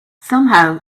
somehow